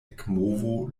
ekmovo